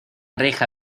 reja